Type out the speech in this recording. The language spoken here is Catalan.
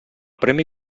premi